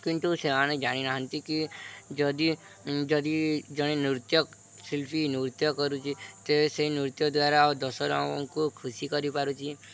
କିନ୍ତୁ ସେମାନେ ଜାଣିନାହାନ୍ତି କି ଯଦି ଯଦି ଜଣେ ନୃତ୍ୟଶିଳ୍ପୀ ନୃତ୍ୟ କରୁଛି ତ ସେଇ ନୃତ୍ୟ ଦ୍ୱାରା ଆଉ ଦଶର ଆମଙ୍କୁ ଖୁସି କରିପାରୁଛି